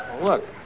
Look